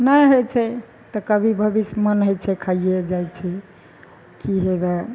नहि होइ छै तऽ कभी भविष्य मन होइ छै खाइये जाइ छी कि हेवए